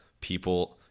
people